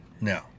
no